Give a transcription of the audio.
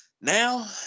Now